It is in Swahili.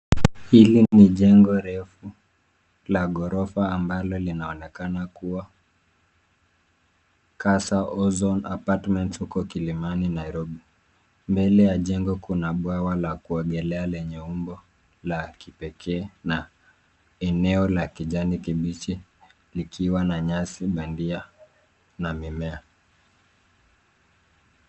Hili ni jengo refu la gorofa ambalo linaonekana kuwa Casa Ozone Apartments huko Kilimani, Nairobi. Mbele la jengo kuna bwawa la kuogelea lenye umbo la kipekee na eneo la kijani kibichi likiwa na nyasi bandia na mimea.